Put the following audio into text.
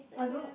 I don't